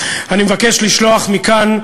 אני מבקש לשלוח מכאן,